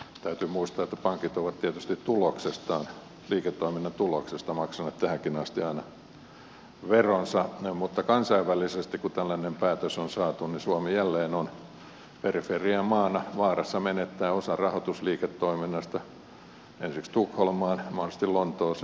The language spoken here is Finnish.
täytyy muistaa että pankit ovat tietysti tuloksestaan liiketoiminnan tuloksesta maksaneet tähänkin asti aina veronsa mutta kansainvälisesti kun tällainen päätös on saatu suomi jälleen on periferiamaana vaarassa menettää osan rahoitusliiketoiminnasta ensiksi tukholmaan mahdollisesti lontooseen tai vielä kauemmaksi